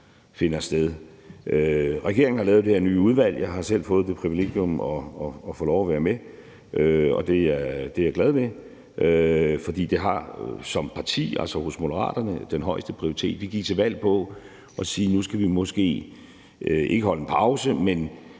finder sted. Regeringen har lavet det her nye udvalg. Jeg har selv fået det privilegium at få lov at være med, og det er jeg glad for, for det har hos Moderaterne den højeste prioritet. Vi gik til valg på at sige: Nu skal vi måske ikke holde en pause, men